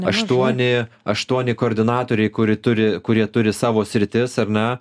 aštuoni aštuoni koordinatoriai kur turi kurie turi savo sritis ar ne